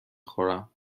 خورم